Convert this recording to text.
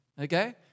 Okay